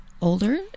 older